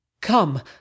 Come